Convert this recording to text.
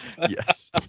Yes